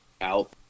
out